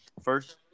first